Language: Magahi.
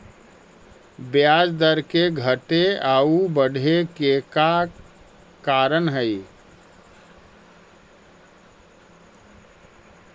ब्याज दर के घटे आउ बढ़े के का कारण हई?